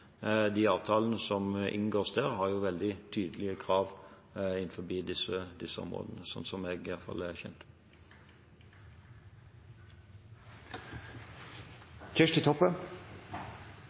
De avtalene som inngås der, har veldig tydelige krav innen disse områdene, i alle fall sånn som jeg er kjent med det. Eg trur eg og statsråden er